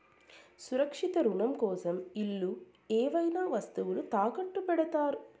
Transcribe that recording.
సురక్షిత రుణం కోసం ఇల్లు ఏవైనా వస్తువులు తాకట్టు పెడతారు